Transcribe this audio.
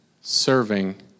Serving